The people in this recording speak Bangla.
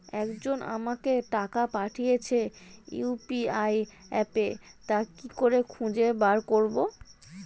একজন আমাকে টাকা পাঠিয়েছে ইউ.পি.আই অ্যাপে তা কি করে খুঁজে বার করব?